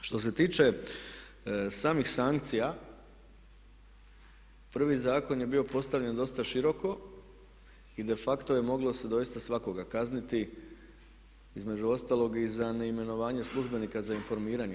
Što se tiče samih sankcija prvi zakon je bio postavljen dosta široko i de facto je moglo se doista svakoga kazniti, između ostalog i za neimenovanje službenika za informiranje.